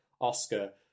Oscar